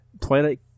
Twilight